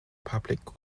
public